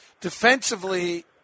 Defensively